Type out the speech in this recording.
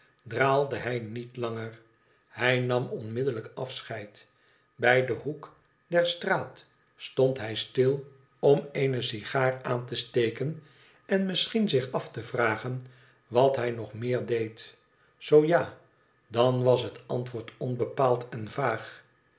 draalde hij niet langer hij nam onmiddellijk afscheid bij den hoek der straat stond hij stil om eene sigaar aan te steken en misschien zich af te vragen wat hij nog meer deed zoo ja dan was bet antwoord onbepaald en vaag